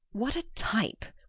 what a type!